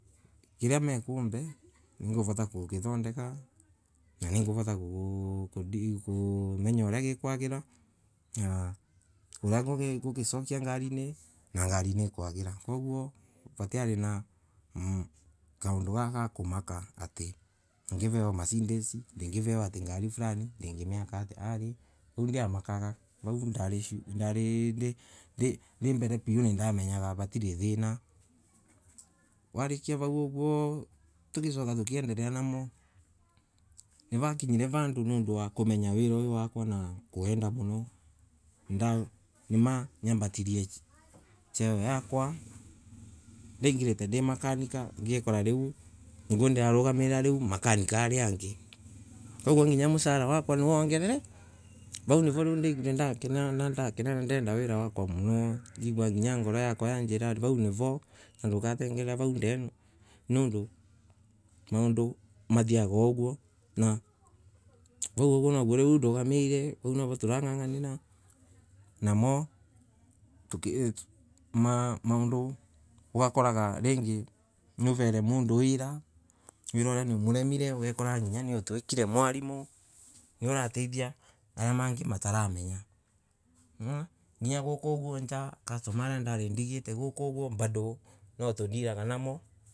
Kiriamekume ningovota gukitondeka, na ninguvota kumenya uria gikwagira, uria ngugisokia ngarini na ngari niikwagaria koguo vatiari na mmh kaonalo gakaga kumaka atay ngavewa macedesi ati ngevewa ngari Fulani ata ngineka ati lay vau ndiamakaga vau ndari ndi mbere piu nindmenyaga vatiray thana warikia vau oguo tukiendelea namo navakinye vandu nundu wa kumenya wira uyu wakwa na kuwenda muno namanyambatirie cheo yakwa ndirengarate nda. Makanika ko ndararomirira makanika aria angay koguo nginya musara wakwa niwongerereka vau nivo ndaiguire ndakena na ndenda wira wakwa muno ngigua nginya ngoro yakwa yambira vau nivo nondokathengerera vau nondo maondo mathiaga oguo nav au navo ndugamaire vau navo turanganganira namo maondo ugakoraga novere mondo wira wira nomoremire we kuranyinya notuakire mwalimu niurateithia ariamana mataramenya mmh nginya goko njaa customer alenda atay ndigate nagoko nwa todealaga namo.